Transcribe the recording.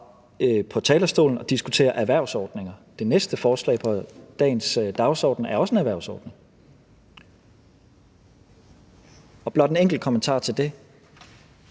på talerstolen og diskutere erhvervsordninger. Det næste forslag på dagens dagsorden er også en erhvervsordning. Og blot en enkelt kommentar til det: